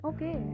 Okay